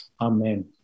Amen